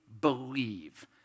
believe